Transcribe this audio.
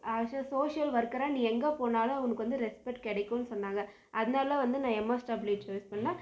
social ஒர்க்கராக நீ எங்கே போனாலும் உனக்கு வந்து ரெஸ்பெக்ட் கிடைக்குன்னு சொன்னாங்க அதனால வந்து நான் எம்எஸ்டபுள்யூ சூஸ் பண்ணேன்